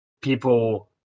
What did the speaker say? people